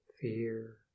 fear